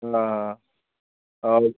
हाँ और